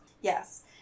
Yes